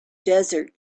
desert